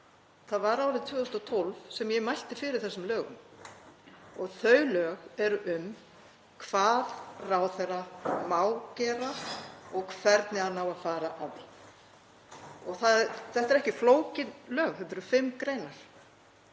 Það var árið 2012 sem ég mælti fyrir þessum lögum og þau lög eru um hvað ráðherra má gera og hvernig hann á að fara að því. Þetta eru ekki flókin lög, þetta eru fimm greinar